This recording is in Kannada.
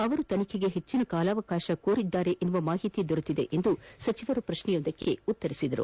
ಅವರು ತನಿಖೆಗೆ ಹೆಚ್ಚಿನ ಸಮಯಾವಕಾಶವನ್ನು ಕೇಳಿದ್ದಾರೆ ಎಂಬ ಮಾಹಿತಿ ಬಂದಿದೆ ಎಂದು ಸಚಿವರು ಪ್ರಶ್ನೆಯೊಂದಕ್ಕೆ ಉತ್ತರಿಸಿದರು